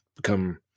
become